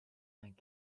and